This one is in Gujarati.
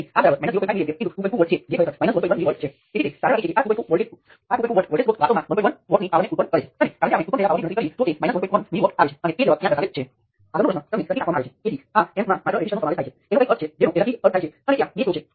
તેથી આ રીતે સ્પષ્ટ કરવા માટે તે ઉપયોગી નથી પરંતુ તમે એક કંડક્ટન્સ તરીકે સ્પષ્ટ કરી શકો છો જેની વેલ્યું 0 છે તેથી તેનો અર્થ એ જ વસ્તુ છે